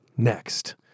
Next